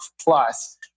plus